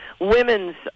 women's